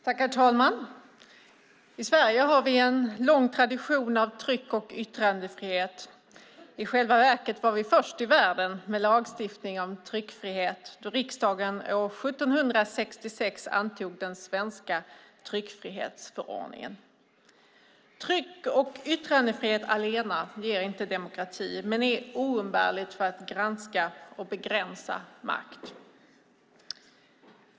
Herr talman! I Sverige har vi en lång tradition av tryck och yttrandefrihet. I själva verket var vi först i världen med en lagstiftning om tryckfrihet när riksdagen år 1766 antog den svenska tryckfrihetsförordningen. Tryck och yttrandefrihet allena ger inte demokrati men är oumbärligt för att granska och begränsa makt.